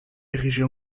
érigés